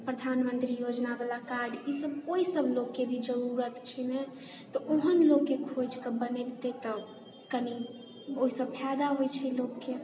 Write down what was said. प्रधानमंत्री योजना वाला कार्ड ई सब ओहि सब लोककेँ भी जरूरत छै ने तऽ ओहन लोककेँ खोजिके बनबितै तऽ कनी ओहिसँ फायदा होइत छै लोककेँ